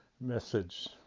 Message